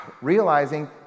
realizing